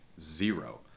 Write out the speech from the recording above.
zero